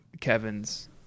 Kevin's